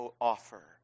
offer